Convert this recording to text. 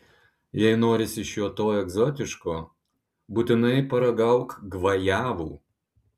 jei norisi šio to egzotiško būtinai paragauk gvajavų